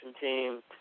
team